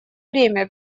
время